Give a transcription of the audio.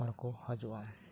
ᱦᱚᱲᱠᱚ ᱦᱤᱡᱩᱜᱼᱟ